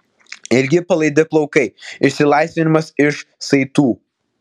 ilgi palaidi plaukai išsilaisvinimas iš saitų